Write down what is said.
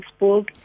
Facebook